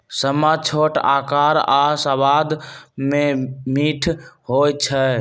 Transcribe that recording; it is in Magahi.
समा छोट अकार आऽ सबाद में मीठ होइ छइ